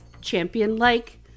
champion-like